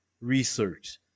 research